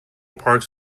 parks